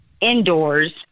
indoors